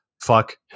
Fuck